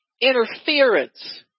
interference